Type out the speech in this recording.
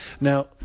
Now